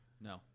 No